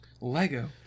Lego